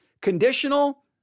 conditional